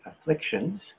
afflictions